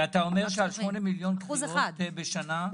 ואתה אומר שעל 8 מיליון קריאות בשנה,